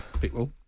people